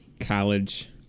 college